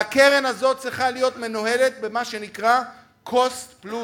והקרן הזאת צריכה להיות מנוהלת במה שנקרא "קוסט פלוס"